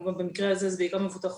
במקרה הזה זה בעיקר מבוטחות